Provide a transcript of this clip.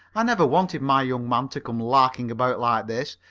i never wanted my young man to come larking about like this.